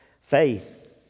Faith